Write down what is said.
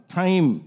time